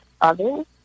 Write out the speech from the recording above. others